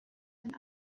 and